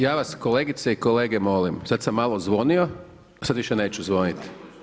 Ja vas kolegice i kolege molim, sada sam malo zvonio, sada više neću zvoniti.